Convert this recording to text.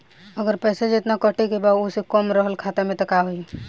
अगर पैसा जेतना कटे के बा ओसे कम रहल खाता मे त का होई?